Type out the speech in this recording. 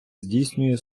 здійснює